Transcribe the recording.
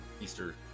Easter